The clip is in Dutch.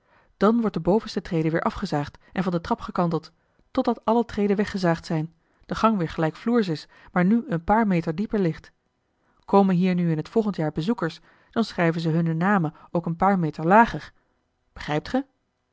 dan wordt de bovenste trede weer afgezaagd en van de trap gekanteld totdat alle treden weggezaagd zijn de gang weer gelijkvloers is maar nu een paar meter dieper ligt komen hier nu in t volgend jaar bezoekers dan schrijven ze hunne namen ook een paar meter lager begrijpt ge